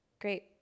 Great